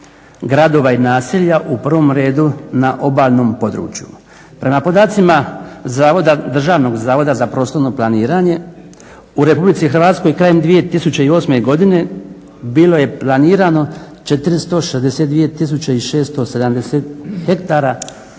gradova i naselja u prvom redu na obalnom području. Prema podacima Zavoda, Državnog zavoda za prostorno planiranje u Republici Hrvatskoj krajem 2008. godine bilo je planirano 462 670 hektara